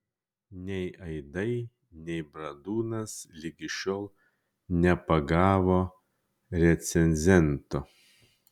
nei aidai nei bradūnas ligi šiol nepagavo recenzento